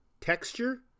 texture